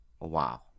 Wow